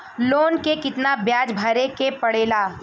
Loan के कितना ब्याज भरे के पड़े ला?